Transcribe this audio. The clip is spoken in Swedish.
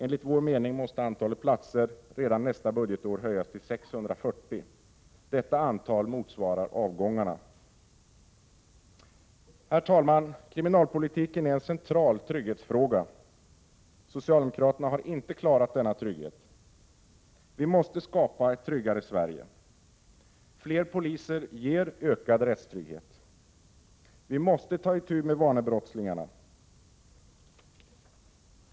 Enligt vår mening måste antalet platser redan nästa budgetår ökas till 640. Detta antal bör motsvara avgångarna. Herr talman! Kriminalpolitiken är en central trygghetsfråga. Socialdemokraterna har inte klarat av denna trygghetsfråga. Vi måste skapa ett tryggare Sverige. Fler poliser ger ökad rättstrygghet. Vi måste ta itu med vanebrottslingarna.